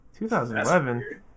2011